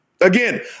Again